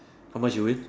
how much you win